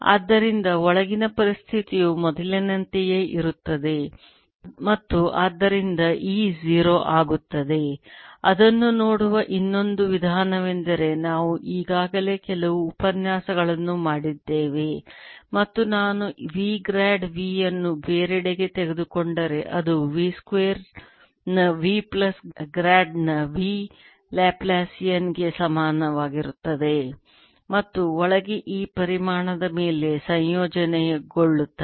ಆದ್ದರಿಂದ ಒಳಗಿನ ಪರಿಸ್ಥಿತಿಯು ಮೊದಲಿನಂತೆಯೇ ಇರುತ್ತದೆ ಮತ್ತು ಆದ್ದರಿಂದ E 0 ಆಗುತ್ತದೆ ಅದನ್ನು ನೋಡುವ ಇನ್ನೊಂದು ವಿಧಾನವೆಂದರೆ ನಾವು ಈಗಾಗಲೇ ಕೆಲವು ಉಪನ್ಯಾಸಗಳನ್ನು ಮಾಡಿದ್ದೇವೆ ಮತ್ತು ಅದು ನಾನು V ಗ್ರಾಡ್ V ಅನ್ನು ಬೇರೆಡೆಗೆ ತೆಗೆದುಕೊಂಡರೆ ಅದು V ಸ್ಕ್ವೇರ್ ನ V ಪ್ಲಸ್ ಗ್ರೇಡ್ನ V ಲ್ಯಾಪ್ಲಾಸಿಯನ್ ಗೆ ಸಮನಾಗಿರುತ್ತದೆ ಮತ್ತು ಒಳಗೆ ಈ ಪರಿಮಾಣದ ಮೇಲೆ ಸಂಯೋಜನೆಗೊಳ್ಳುತ್ತದೆ